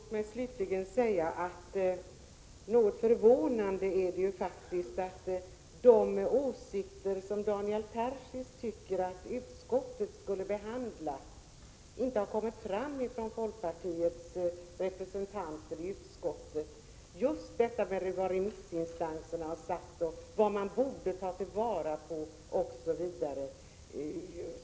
Herr talman! Låt mig slutligen säga att det faktiskt är något förvånande att de åsikter som Daniel Tarschys tycker att utskottet skulle ha behandlat inte har förts fram av folkpartiets representanter i utskottet. Det gäller bl.a. vad remissinstanserna har sagt och vad man bör ta till vara.